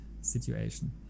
situation